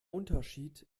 unterschied